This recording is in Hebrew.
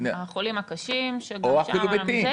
החולים הקשים והנפטרים.